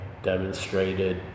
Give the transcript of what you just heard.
Demonstrated